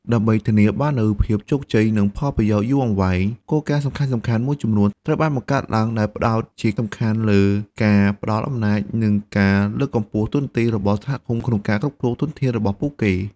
ដើម្បីធានាបាននូវភាពជោគជ័យ និងផលប្រយោជន៍យូរអង្វែង គោលការណ៍សំខាន់ៗមួយចំនួនត្រូវបានបង្កើតឡើង ដែលផ្ដោតជាសំខាន់លើការផ្ដល់អំណាច និងការលើកកម្ពស់តួនាទីរបស់សហគមន៍ក្នុងការគ្រប់គ្រងធនធានរបស់ពួកគេ។